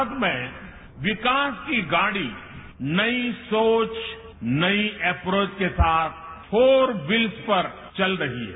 भारत में विकास की गाड़ी नई सोच नई एप्रोच के साथ फोर विल्स पर चल रही है